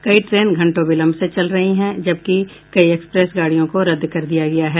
कई ट्रेन घंटों विलंब से चल रही है जबकि कई एक्सप्रेस गाड़ियों को रद्द किया गया है